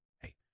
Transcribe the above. hey